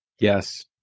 Yes